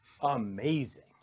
Amazing